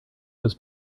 was